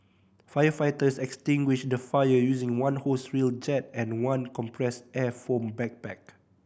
firefighters extinguished the fire using one hose reel jet and one compressed air foam backpack